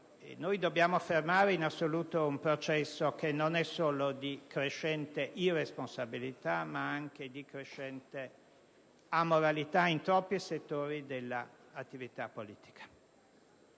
Dobbiamo fermare in assoluto un processo che non è solo di crescente irresponsabilità, ma anche di crescente amoralità in troppi settori dell'attività politica.